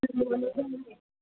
loanable आहे